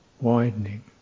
widening